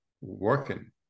working